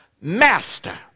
Master